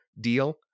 deal